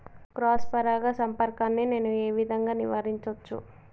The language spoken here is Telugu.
క్రాస్ పరాగ సంపర్కాన్ని నేను ఏ విధంగా నివారించచ్చు?